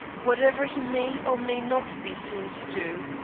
whatever he may or may not be seen to do.